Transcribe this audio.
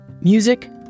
Music